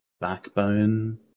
Backbone